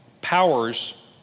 powers